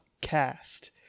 cast